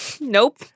Nope